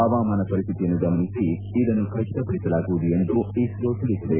ಹವಾಮಾನ ಪರಿಸ್ಟಿತಿಯನ್ನು ಗಮನಿಸಿ ಇದನ್ನು ಖಚಿತಪಡಿಸಲಾಗುವುದು ಎಂದು ಇಸ್ರೋ ತಿಳಿಸಿದೆ